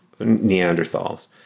Neanderthals